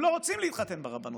לא לרצות להתחתן ברבנות.